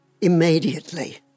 immediately